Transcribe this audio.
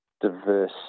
diverse